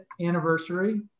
anniversary